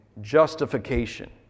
justification